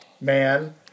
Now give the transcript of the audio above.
Man